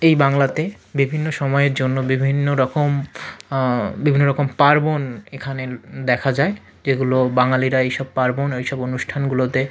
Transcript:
এই বাংলাতে বিভিন্ন সময়ের জন্য বিভিন্ন রকম বিভিন্ন রকম পার্বণ এখানে দেখা যায় যেগুলো বাঙালিরা এইসব পার্বণ ঐসব অনুষ্ঠানগুলোতে